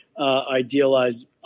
idealized